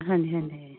ਹਾਂਜੀ ਹਾਂਜੀ